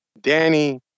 Danny